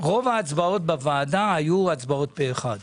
רוב ההצבעות בוועדה היו פה אחד.